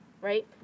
right